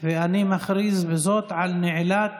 חבר הכנסת רון כץ?